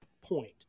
point